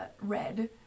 red